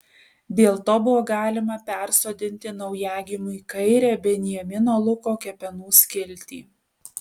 dėl to buvo galima persodinti naujagimiui kairę benjamino luko kepenų skiltį